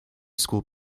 school